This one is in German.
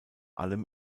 allem